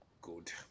Good